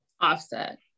offset